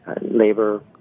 labor